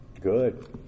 good